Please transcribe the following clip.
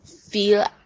feel